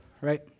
right